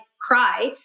cry